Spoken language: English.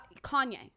Kanye